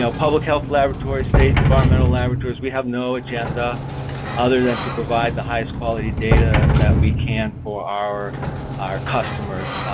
public health laboratory, state environmental laboratories, we have no agenda other than to provide the highest quality data that we can for our our customers.